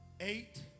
eight